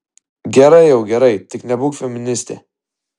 gerai jau gerai tik nebūk feministė